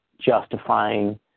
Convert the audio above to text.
justifying